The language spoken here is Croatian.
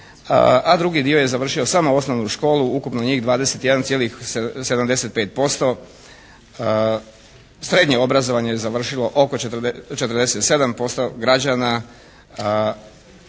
a drugi dio je završio samo osnovnu školu, ukupno njih 21,75%. Srednje obrazovanje je završilo oko 47% građana.